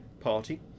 Party